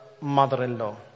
mother-in-law